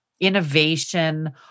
innovation